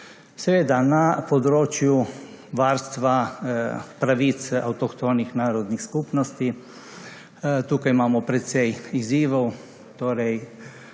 Seveda, na področju varstva pravic avtohtonih narodnih skupnosti, tukaj imamo precej izzivov, torej